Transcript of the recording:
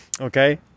okay